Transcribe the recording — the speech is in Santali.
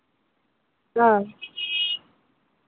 ᱦᱳᱭ